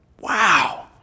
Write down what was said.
Wow